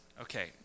okay